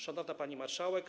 Szanowna Pani Marszałek!